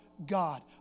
God